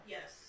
Yes